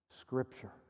Scripture